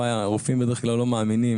רופאים בדרך כלל לא מאמינים,